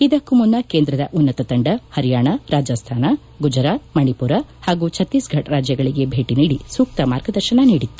ಇದಕ್ಕೂ ಮುನ್ನ ಕೇಂದ್ರದ ಉನ್ನತ ತಂಡ ಹರಿಯಾಣ ರಾಜಸ್ತಾನ ಗುಜರಾತ್ ಮಣಿಪುರ ಹಾಗೂ ಛತ್ತೀಸ್ಗಢ್ ರಾಜ್ಯಗಳಿಗೆ ಭೇಟ ನೀಡಿ ಸೂಕ್ತ ಮಾರ್ಗದರ್ಶನ ನೀಡಿತ್ತು